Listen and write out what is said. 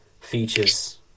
features